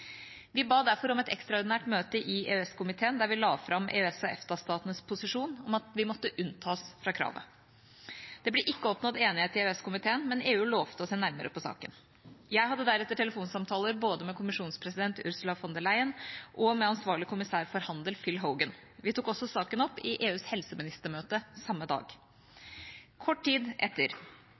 Vi ba derfor om et ekstraordinært møte i EØS-komiteen, der vi la fram EØS/EFTA-statenes posisjon om at vi måtte unntas fra kravet. Det ble ikke oppnådd enighet i EØS-komiteen, men EU lovte å se nærmere på saken. Jeg hadde deretter telefonsamtaler både med Kommisjonens president, Ursula von der Leyen, og ansvarlig kommissær for handel, Phil Hogan. Vi tok også saken opp i EUs helseministermøte samme dag. Kort tid etter,